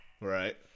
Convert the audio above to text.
Right